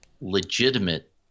legitimate